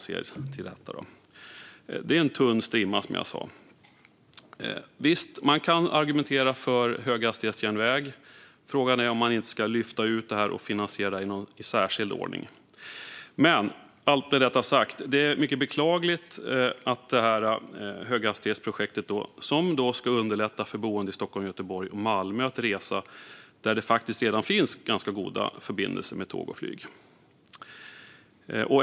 Det är en tunn strimma, som jag sa. Visst, man kan argumentera för höghastighetsjärnväg. Frågan är om man inte ska lyfta ut detta och finansiera det i särskild ordning. Med det sagt är detta mycket beklagligt. Det är ett höghastighetsprojekt som ska underlätta resande för boende i Stockholm, Göteborg och Malmö, där det faktiskt redan finns ganska goda förbindelser med tåg och flyg.